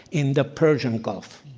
in the persian gulf.